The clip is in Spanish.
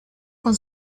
con